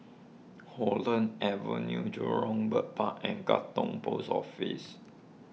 Holland Avenue Jurong Bird Park and Katong Post Office